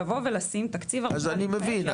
לבוא ולשים תקציב --- אז אני מבין,